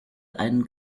einen